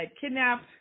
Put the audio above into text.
kidnap